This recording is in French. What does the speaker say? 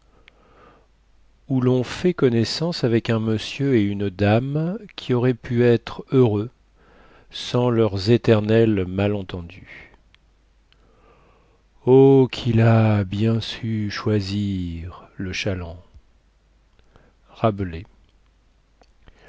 où lon fait connaissance avec un monsieur et une dame qui auraient pu être heureux sans leurs éternels malentendus quil ha bien sceu choisir le challan